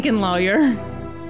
Lawyer